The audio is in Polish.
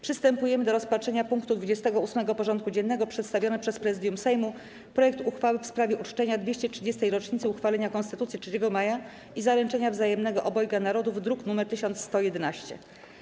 Przystępujemy do rozpatrzenia punktu 28. porządku dziennego: Przedstawiony przez Prezydium Sejmu projekt uchwały w sprawie uczczenia 230. rocznicy uchwalenia Konstytucji 3 Maja i Zaręczenia Wzajemnego Obojga Narodów (druk nr 1111)